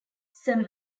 some